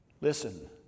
Listen